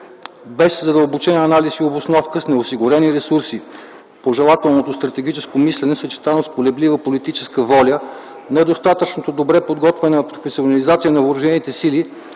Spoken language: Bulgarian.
без задълбочен анализ и обосновка, с неосигурени ресурси. Пожелателното стратегическо мислене, съчетано с колеблива политическа воля, недостатъчно добре подготвена професионализация на въоръжените сили